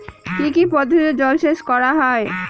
কি কি পদ্ধতিতে জলসেচ করা হয়?